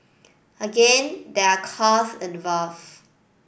again there are cost involved